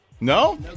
No